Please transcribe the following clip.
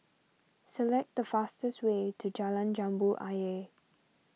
select the fastest way to Jalan Jambu Ayer